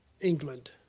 England